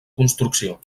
construcció